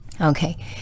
okay